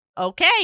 Okay